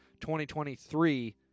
2023